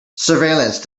surveillance